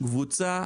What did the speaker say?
קבוצה